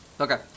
Okay